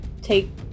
take